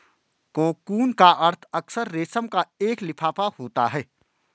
cocoon का अर्थ अक्सर रेशम का एक लिफाफा होता है